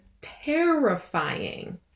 terrifying